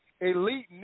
Elite